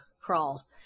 crawl